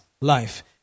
life